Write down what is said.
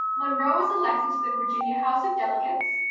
monroe was elected to the virginia house of delegates,